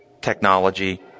technology